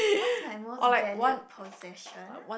what's my most valued possession